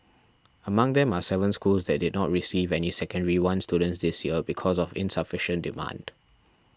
among them are seven schools that did not receive any Secondary One students this year because of insufficient demand